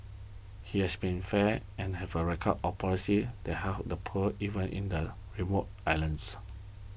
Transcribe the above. he has been fair and have a record of policies that help the poor even in the remote islands